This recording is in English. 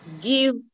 give